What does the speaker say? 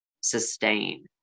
sustain